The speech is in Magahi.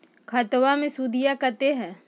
खतबा मे सुदीया कते हय?